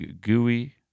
gooey